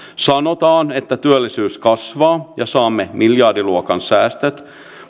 sanotaan että työllisyys kasvaa ja saamme miljardiluokan säästöt